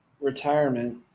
retirement